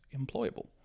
employable